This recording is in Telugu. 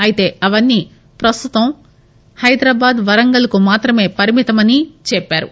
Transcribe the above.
అయితే అవన్సీ ప్రస్తుతం హైదరాబాద్ వరంగల్ కు మాత్రమే పరిమితమని చెప్పారు